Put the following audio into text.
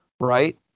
Right